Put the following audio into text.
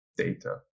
data